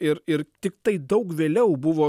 ir ir tiktai daug vėliau buvo